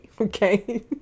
okay